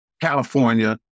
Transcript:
California